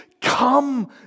come